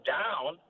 down